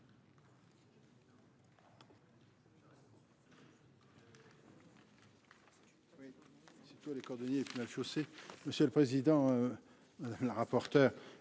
Merci